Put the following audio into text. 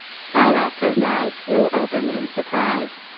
silas's eyes flew open in surprise.